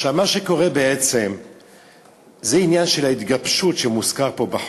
מה שקורה בעצם זה העניין של ההתגבשות שמוזכרת פה בחוק.